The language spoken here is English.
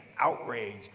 outraged